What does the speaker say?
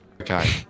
Okay